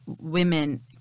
women